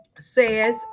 says